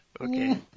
Okay